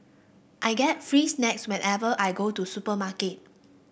I get free snacks whenever I go to supermarket